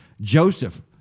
Joseph